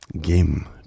game